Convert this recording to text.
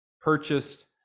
purchased